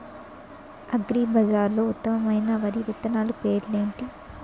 అగ్రిబజార్లో ఉత్తమమైన వరి విత్తనాలు పేర్లు ఏంటి?